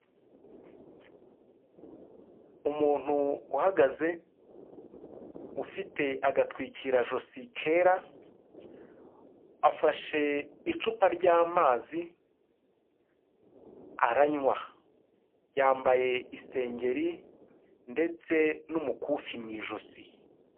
Umuntu uhagaze ufite agatwikirajosi kera, afashe icupa ry'amazi aranywa. Yambaye isengeri ndetse n'umukufi mu ijosi.